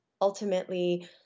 ultimately